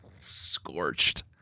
scorched